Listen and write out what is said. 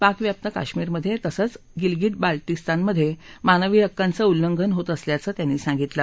पाकव्याप्त काश्मिरमध्ये तसंच गिलगिट बाल्तीस्तानमध्ये मानवी हक्कांचं उल्लंघन होत असल्याचं त्यांनी सांगितलं